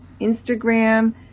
instagram